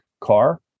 car